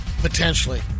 Potentially